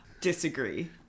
Disagree